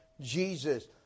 Jesus